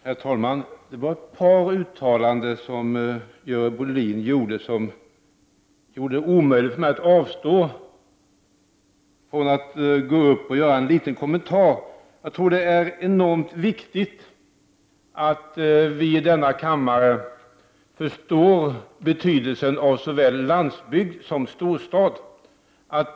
Herr talman! Det var ett par uttalanden av Görel Bohlin som gjorde det omöjligt för mig att avstå från att gå upp och ge en liten kommentar. Jag tror att det är enormt viktigt att vi i denna kammare förstår betydelsen av såväl landsbygden som storstaden.